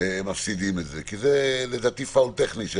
מפסידים את זה היום,